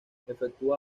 efectúa